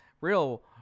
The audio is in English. real